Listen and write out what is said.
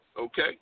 okay